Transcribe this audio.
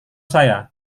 saya